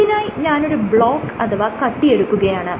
ഇതിനായ് ഞാനൊരു ബ്ലോക്ക് അഥവാ കട്ടിയെടുക്കുകയാണ്